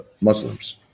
Muslims